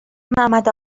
ممد